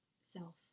self